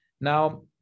Now